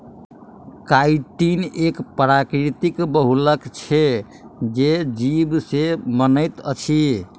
chitin एक प्राकृतिक बहुलक छै जे जीव से बनैत अछि